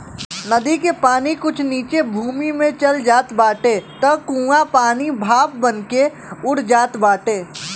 नदी के पानी कुछ नीचे भूमि में चल जात बाटे तअ कुछ पानी भाप बनके उड़ जात बाटे